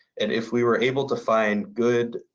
and if we were able to find good,